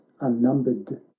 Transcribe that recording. unnumbered